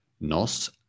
Nos